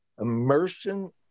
immersion